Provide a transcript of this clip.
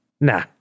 Nah